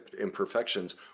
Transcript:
imperfections